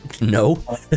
no